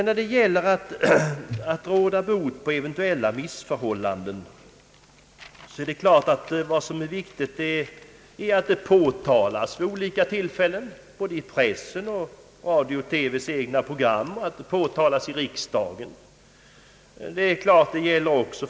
När det gäller att råda bot på eventuella missförhållanden är det klart att vad som är viktigt är att de påtalas vid olika tillfällen, både i pressen och i radions och TV:s egna program, och att de påtalas i riksdagen.